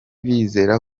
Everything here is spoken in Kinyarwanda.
bizera